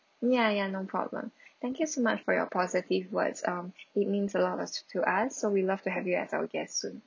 ya ya no problem thank you so much for your positive words um it means a lot of to us so we love to have you as our guest soon